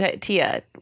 Tia